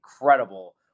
incredible